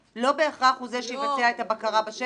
לא בהכרח ממונה ההסעות ברשות המקומית הוא זה שיבצע את הבקרה בשטח.